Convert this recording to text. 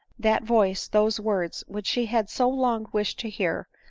that voice, those words which she had so long wished to hear,